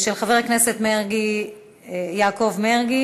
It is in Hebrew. מס' 2178, של חבר הכנסת יעקב מרגי.